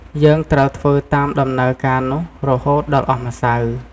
យើងត្រូវធ្វើតាមដំណើរការនោះ រហូតដល់អស់ម្សៅ។